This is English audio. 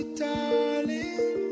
darling